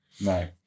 no